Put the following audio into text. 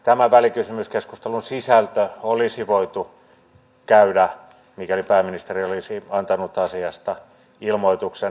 tämä välikysymyskeskustelun sisältö olisi voitu käydä mikäli pääministeri olisi antanut asiasta ilmoituksen